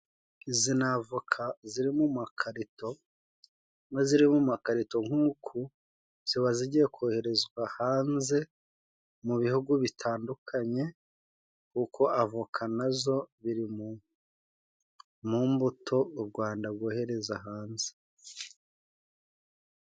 Izi navoka zirimu makarito ni zirimu makarito nk'uku ziba zigiye koherezwa hanze mu bihugu bitandukanye uko avoka nazo ziri mu mbuto u rwanda rwohereza hanze.